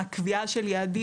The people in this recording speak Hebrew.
הקביעה של יעדים,